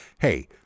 hey